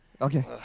Okay